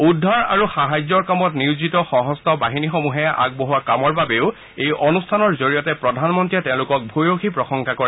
উদ্ধাৰ আৰু সাহায্যৰ কামত নিয়োজিত সশস্ত্ৰ বাহিনীসমূহে আগবঢ়োৱা কামৰ বাবেও এই অনুষ্ঠানৰ জৰিয়তে প্ৰধানমন্ত্ৰীয়ে তেওঁলোকক ভূঁয়সী প্ৰশংসা কৰে